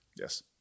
Yes